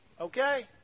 okay